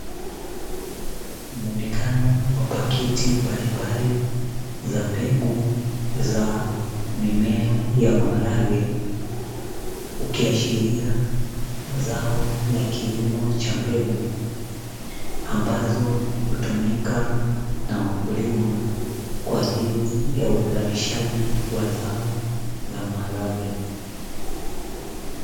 Muonekano wa paketi mbalimbali za mbegu za mimea ya maharage, ukiashiria zao la kilimo cha mbegu, ambazo hutumika na wakulima, kwaajili ya uzalishaji wa zao la maharage.